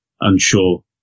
unsure